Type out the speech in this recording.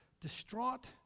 distraught